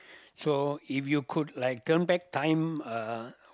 so if you could like turn back time uh